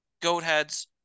Goatheads